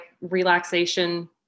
relaxation